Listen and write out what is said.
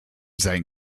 sein